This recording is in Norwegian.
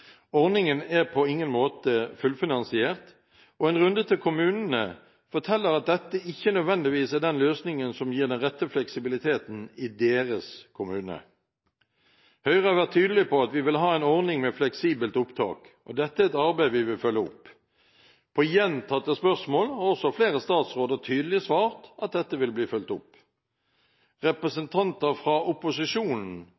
Ordningen er på ingen måte fullfinansiert, og en runde med kommunene forteller at dette ikke nødvendigvis er den løsningen som gir den rette fleksibiliteten i deres kommune. Høyre har vært tydelige på at vi vil ha en ordning med fleksibelt opptak, og dette er et arbeid vi vil følge opp. På gjentatte spørsmål har også flere statsråder tydelig svart at dette vil bli fulgt opp.